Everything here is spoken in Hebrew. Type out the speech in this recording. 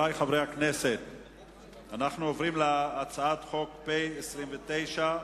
אנו עוברים להצעת חוק פ/29,